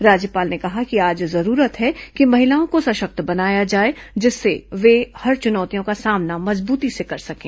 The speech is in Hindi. राज्यपाल ने कहा कि आज जरूरत है कि महिलाओं को सशक्त बनाया जाए जिससे वे हर चुनौतियों का सामना मजबूती से कर सकें